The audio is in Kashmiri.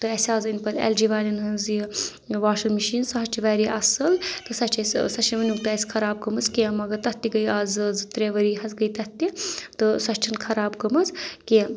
تہٕ اَسہِ حظ أنۍ پَتہٕ ایل جی والؠن ہٕنٛز یہِ واشِنٛگ مِشیٖن سُہ حظ چھِ واریاہ اَصٕل تہٕ سۄ چھِ اَسہِ سۄ چھےٚ نہٕ اَسہِ ؤنیُک اَسہِ خراب گٔمٕژ کینٛہہ مگر تَتھ تہِ گٔے آز زٕ ترٛےٚ ؤری حظ گٔے تَتھ تہِ تہٕ سۄ چھےٚ نہٕ خراب گٔمٕژ کینٛہہ